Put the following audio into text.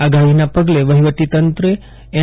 આગાહીના પગલે વહિવટીતંત્રે એન